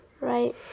Right